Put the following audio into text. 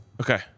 Okay